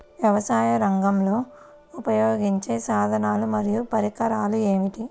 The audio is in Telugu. వ్యవసాయరంగంలో ఉపయోగించే సాధనాలు మరియు పరికరాలు ఏమిటీ?